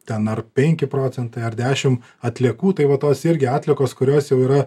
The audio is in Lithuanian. ten ar penki procentai ar dešim atliekų tai va tos irgi atliekos kurios jau yra